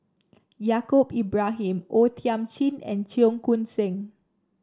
Yaacob Ibrahim O Thiam Chin and Cheong Koon Seng